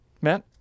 Matt